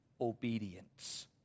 obedience